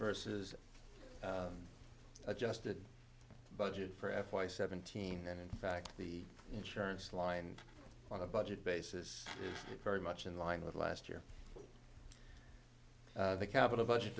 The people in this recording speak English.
vs adjusted budget for f y seventeen and in fact the insurance line on a budget basis very much in line with last year the capital budget